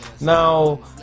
now